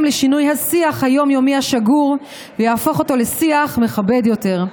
לשינוי השיח היום-יומי השגור ויהפוך אותו לשיח מכבד יותר.